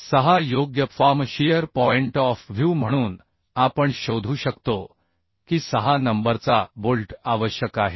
6 योग्य form shear point of view म्हणून आपण शोधू शकतो की 6 नंबरचा बोल्ट आवश्यक आहे